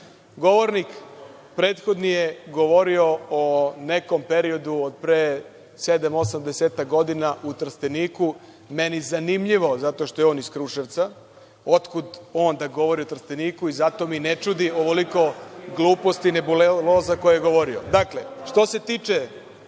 govornik je govorio o nekom periodu od pre sedam, osam, desetak godina u Trsteniku. Meni zanimljivo, jer je on iz Kruševca, otkud on da govori o Trsteniku i zato me ne čudi ovoliko gluposti i nebuloza koje je govorio. Što